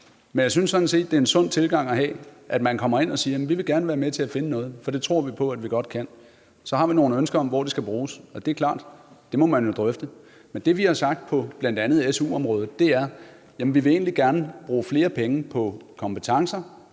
Men jeg synes sådan set, at det er en sund tilgang at have, at man kommer ind og siger: Vi vil gerne være med til at finde noget, for det tror vi på at vi godt kan. Så har man nogle ønsker om, hvor det skal bruges, og det er klart, at det må man jo drøfte. Men det, vi har sagt i forhold til bl.a. SU-området, er, at vi egentlig gerne vil bruge flere penge på kompetencer,